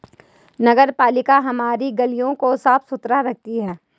नगरपालिका हमारी गलियों को साफ़ सुथरा रखती है